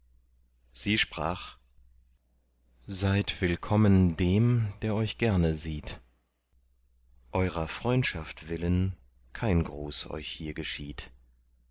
sie sprach seid willkommen dem der euch gerne sieht eurer freundschaft willen kein gruß euch hier geschieht